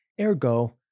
Ergo